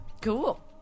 Cool